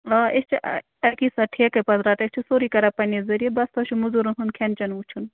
آ أسۍ چھِ اَکی سات ٹھیکَے پٮ۪ٹھ رَٹان أسۍ چھِ سورُے کَران پنٛنہِ ذٔریعہٕ بَس تۄہہِ چھُو موٚزوٗرَن ہُنٛد کھٮ۪ن چٮ۪ن وٕچھُن